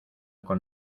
con